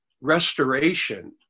restoration